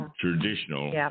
traditional